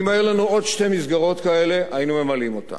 אם היו לנו עוד שתי מסגרות כאלה היינו ממלאים אותן.